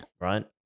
Right